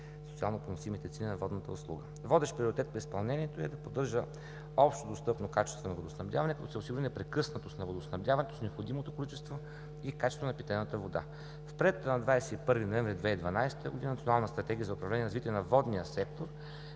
социално поносимите цени на водната услуга. Водещ приоритет при изпълнението е да поддържа общо достъпно качествено водоснабдяване, като се осигури непрекъснатост на водоснабдяването с необходимото количество и качество на питейната вода. В Проекта на 21 ноември 2012 г. на Национална стратегия за управление и развитие на водния сектор